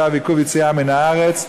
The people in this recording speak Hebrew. צו עיכוב יציאה מן הארץ,